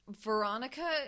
Veronica